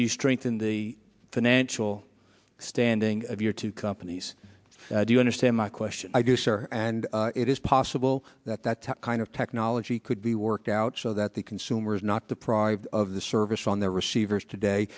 you strengthen the financial standing of your two companies do you understand my question i do sir and it is possible that that kind of technology could be worked out so that the consumer is not deprived of the service on their receivers today